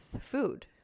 food